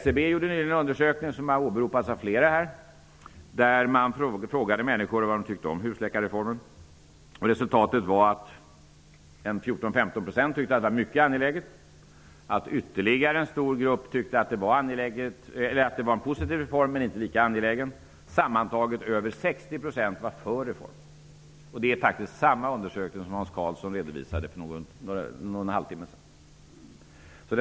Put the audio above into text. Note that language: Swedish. SCB gjorde nyligen en undersökning som har åberopats av flera här. Man frågade människor vad de tyckte om husläkarreformen. 14--15 % tyckte att den var mycket angelägen. Ytterligare en stor grupp tyckte att det var en positiv reform men inte lika angelägen. Sammantaget över 60 % var för reformen. Det är faktiskt samma undersökning som Hans Karlsson redovisade för någon halvtimme sedan.